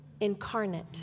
incarnate